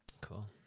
Cool